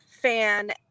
fan